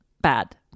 Bad